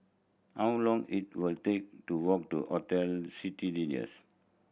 how long it will take to walk to Hotel Citadines